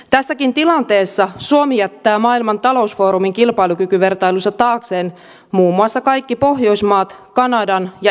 tässäkin tilanteessa suomi jättää maailman talousfoorumin kilpailukykyvertailussa taakseen muun muassa kaikki pohjoismaat kanadan ja itävallan